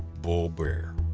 bald bear.